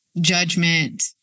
judgment